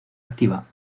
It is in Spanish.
activa